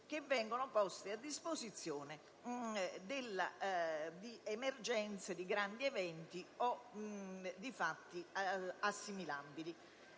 pubbliche, messe a disposizione di emergenze, di grandi eventi e di fatti assimilabili.